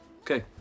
Okay